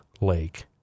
lake